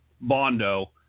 bondo